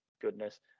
Goodness